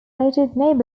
neighbourhoods